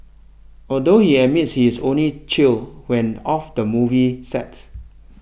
although he admits he is only chill when off the movie set